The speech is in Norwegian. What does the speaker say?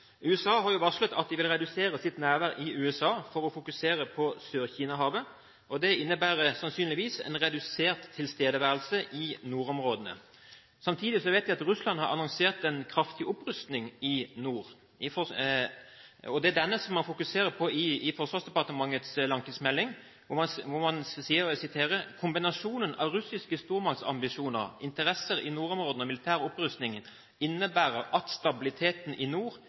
USA har varslet at de vil redusere sitt nærvær i Europa for å fokusere på Sør-Kinahavet. Det innebærer sannsynligvis en redusert tilstedeværelse i nordområdene. Samtidig vet vi at Russland har annonsert en kraftig opprustning i nord. Det er dette man fokuserer på i proposisjonen fra Forsvarsdepartementet, hvor man sier: «Kombinasjonen av russiske stormaktsambisjoner, interesser i nordområdene og militære opprustning innebærer at stabiliteten i nord